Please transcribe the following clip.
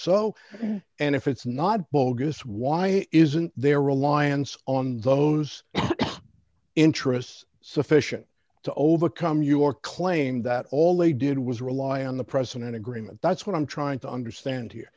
so and if it's not bogus why isn't their reliance on those interests sufficient to overcome your claim that all they did was rely on the president agreement that's what i'm trying to understand here